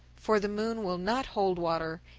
for the moon will not hold water,